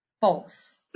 false